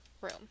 room